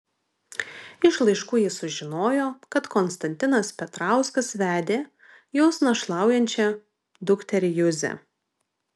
iš laiškų ji sužinojo kad konstantinas petrauskas vedė jos našlaujančią dukterį juzę